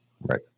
Right